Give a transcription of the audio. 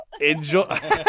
Enjoy